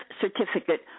certificate